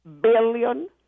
billion